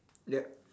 yup